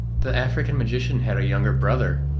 the african magician had a younger brother,